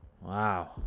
wow